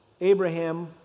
Abraham